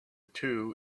two